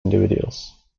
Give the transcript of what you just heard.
individuals